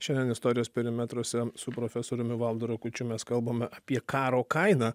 šiandien istorijos perimetruose su profesoriumi valdu rakučiu mes kalbame apie karo kainą